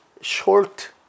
short